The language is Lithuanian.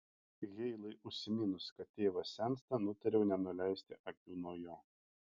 heilui užsiminus kad tėvas sensta nutariau nenuleisti akių nuo jo